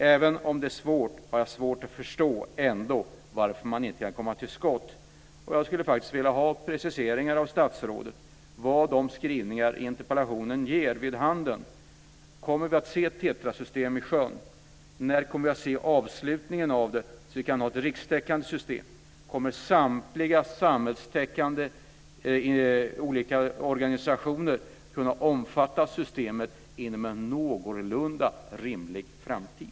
Även om det är besvärligt har jag svårt att förstå varför man inte kan komma till skott. Jag skulle faktiskt vilja ha preciseringar av statsrådet om vad skrivningarna i interpellationen ger vid handen. Kommer vi att se ett TETRA-system i sjön? När kommer vi att se avslutningen av det här, så att vi kan nå ett rikstäckande system? Kommer samtliga samhällstäckande organisationer att kunna omfattas av systemet inom en någorlunda rimlig framtid?